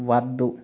వద్దు